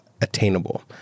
attainable